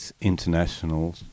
international